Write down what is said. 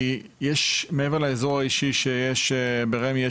מעבר לאזור האישי שיש ברמ"י,